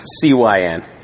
C-Y-N